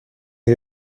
est